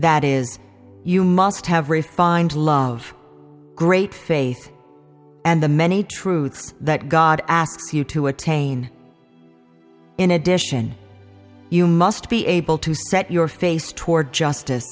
that is you must have refined love great faith and the many truths that god asks you to attain in addition you must be able to set your face toward justice